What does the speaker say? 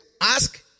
ask